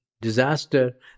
disaster